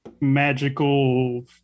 magical